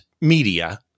media